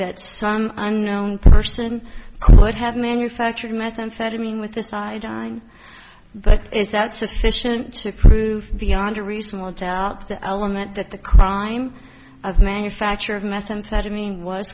that some unknown person would have manufactured methamphetamine with the sideline but is that sufficient to prove beyond a reasonable doubt the element that the crime of manufacture of methamphetamine was